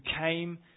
came